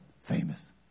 famous